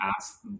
ask